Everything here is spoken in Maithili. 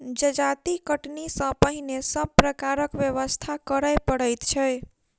जजाति कटनी सॅ पहिने सभ प्रकारक व्यवस्था करय पड़ैत छै